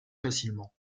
facilement